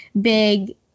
big